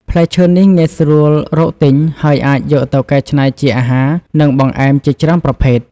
ផ្លែឈើនេះងាយស្រួលរកទិញ ហើយអាចយកទៅកែច្នៃជាអាហារ និងបង្អែមជាច្រើនប្រភេទ។